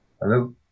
Hello